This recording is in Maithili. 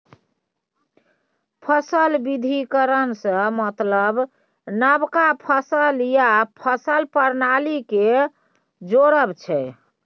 फसल बिबिधीकरण सँ मतलब नबका फसल या फसल प्रणाली केँ जोरब छै